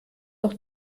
noch